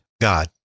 God